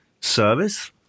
service